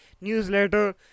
newsletter